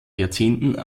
jahrzehnten